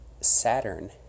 Saturn